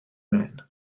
men